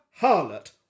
Harlot